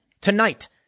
tonight